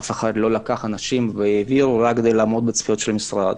אף אחד לא לקח אנשים והעביר רק כדי לעמוד בציפיות של המשרד.